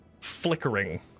flickering